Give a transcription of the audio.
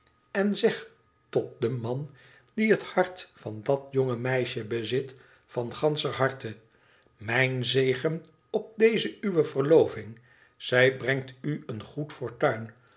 ik zeg tot den man die het hart van dat jone meisje bezit van ganscher harte mijn zegen op deze uwe verloving zij brengt u een goed fortuin